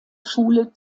schule